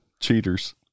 Cheaters